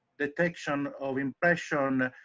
detection of impression,